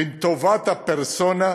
בין טובת הפרסונה,